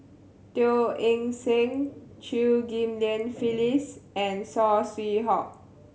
Teo Eng Seng Chew Ghim Lian Phyllis and Saw Swee Hock